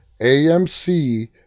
AMC